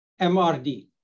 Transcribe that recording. MRD